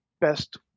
best